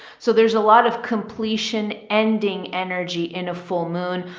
so there's a lot of completion ending energy in a full moon.